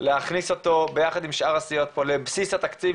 להכניס אותו ביחד עם שאר הסיעות פה לבסיס התקציב,